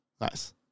Nice